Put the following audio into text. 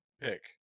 pick